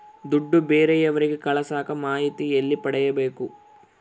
ದುಡ್ಡು ಬೇರೆಯವರಿಗೆ ಕಳಸಾಕ ಮಾಹಿತಿ ಎಲ್ಲಿ ಪಡೆಯಬೇಕು?